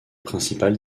principales